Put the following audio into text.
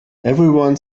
everyone